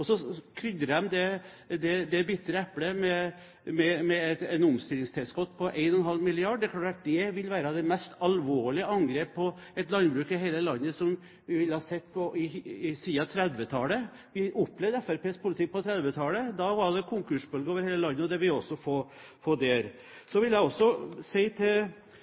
så krydrer de det bitre eplet med et omstillingstilskudd på 1½ mrd kr. Det er klart at det vil være det mest alvorlige angrepet vi har sett på et landbruk i hele landet siden 1930-tallet. Vi opplevde Fremskrittspartiets politikk på 1930-tallet. Da var det en konkursbølge over hele landet, og det vil vi også få. Så vil jeg si til